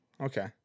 Okay